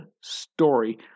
story